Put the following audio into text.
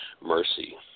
mercy